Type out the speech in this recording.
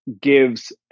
gives